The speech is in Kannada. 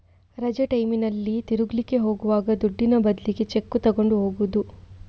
ರಜೆ ಟೈಮಿನಲ್ಲಿ ತಿರುಗ್ಲಿಕ್ಕೆ ಹೋಗುವಾಗ ದುಡ್ಡಿನ ಬದ್ಲಿಗೆ ಚೆಕ್ಕು ತಗೊಂಡು ಹೋಗುದು